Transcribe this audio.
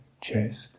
chest